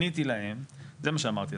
עניתי להם, זה מה שאמרתי.